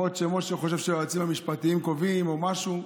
יכול להיות שמשה חושב שהיועצים המשפטיים קובעים או משהו,